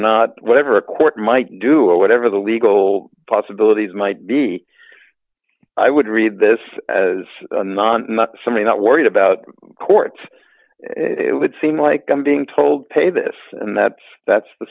not whatever a court might do or whatever the legal possibilities might be i would read this as not not something not worried about courts it would seem like i'm being told pay this and that that's the